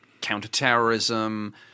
counterterrorism